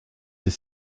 ces